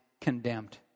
condemned